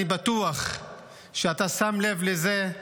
אני בטוח שאתה שם לב לזה,